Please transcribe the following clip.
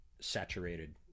saturated